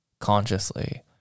consciously